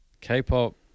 k-pop